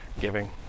giving